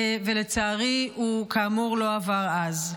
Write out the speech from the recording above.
ולצערי הוא כאמור לא עבר אז.